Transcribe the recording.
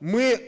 Ми